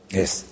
Yes